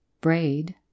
braid